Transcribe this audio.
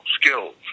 skills